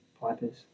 Pipers